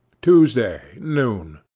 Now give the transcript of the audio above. tuesday, noon.